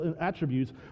attributes